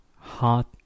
hot